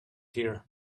here